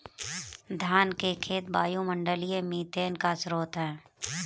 धान के खेत वायुमंडलीय मीथेन का स्रोत हैं